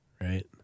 Right